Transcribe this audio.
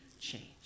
change